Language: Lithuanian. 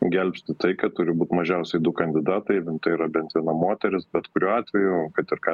gelbsti tai kad turi būt mažiausiai du kandidatai yra bent viena moteris bet kuriuo atveju kad ir ką